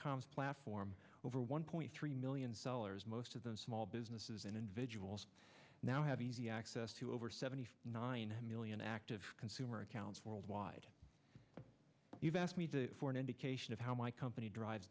com platform over one point three million sellers most of them small businesses and individuals now have easy access to over seventy nine million active consumer accounts worldwide you've asked me for an indication of how my company drives